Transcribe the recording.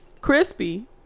crispy